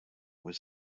was